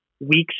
weeks